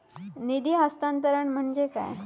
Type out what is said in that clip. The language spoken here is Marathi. निधी हस्तांतरण म्हणजे काय?